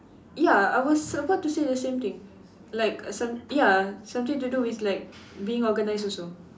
ya I was about to say the same thing like some ya something to do with like being organised also